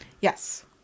Yes